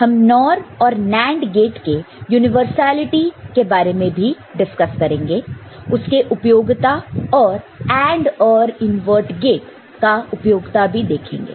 हम NOR और NAND gate के यूनिवर्सलिटी के बारे में भी डिस्कस करेंगे उसके उपयोगिता और AND OR इनवर्ट गेट का उपयोगिता भी देखेंगे